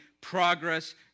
progress